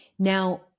Now